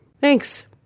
Thanks